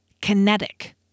kinetic